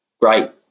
great